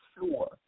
sure